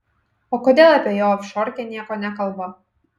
o kodėl apie jo ofšorkę nieko nekalba